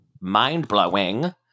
mind-blowing